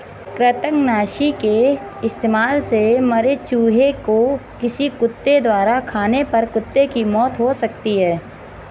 कृतंकनाशी के इस्तेमाल से मरे चूहें को किसी कुत्ते द्वारा खाने पर कुत्ते की मौत हो सकती है